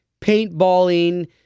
paintballing